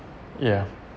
yeah